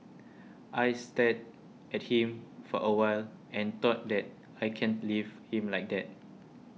I stared at him for a while and thought that I can't leave him like that